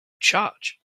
charge